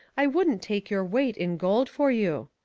i wouldn't take your weight in gold for you.